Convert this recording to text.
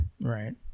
Right